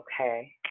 okay